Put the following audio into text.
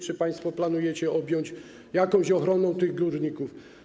Czy państwo planujecie objąć jakąś ochroną tych górników?